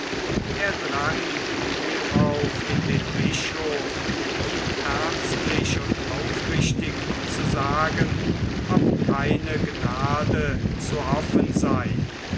er drang hierauf in den bischof ihm ernstlich und aufrichtig zu sagen ob keine gnade zu hoffen sei